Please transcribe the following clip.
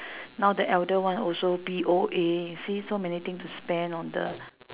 now the elder one also P_O_A see so many thing to spend on the